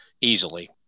easily